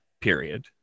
period